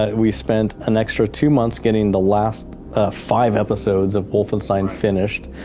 we spent an extra two months getting the last five episodes of wolfenstein finished,